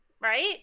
right